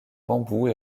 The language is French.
bambous